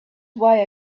why